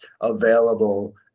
available